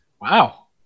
Wow